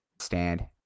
stand